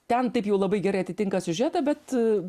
ten taip jau labai gerai atitinka siužetą bet a